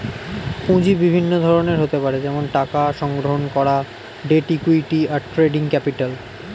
পুঁজি বিভিন্ন ধরনের হতে পারে যেমন টাকা সংগ্রহণ করা, ডেট, ইক্যুইটি, আর ট্রেডিং ক্যাপিটাল